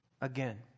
Again